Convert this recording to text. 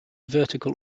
vertical